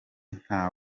nta